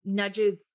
nudges